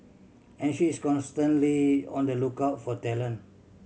and she is constantly on the lookout for talent